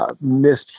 missed